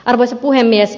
arvoisa puhemies